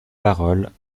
paroles